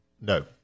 No